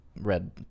red